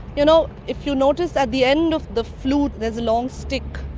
you know, if you notice at the end of the flute there's a long stick,